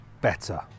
better